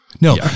No